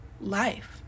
life